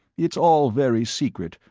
it's all very secret,